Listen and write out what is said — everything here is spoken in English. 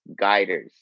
guiders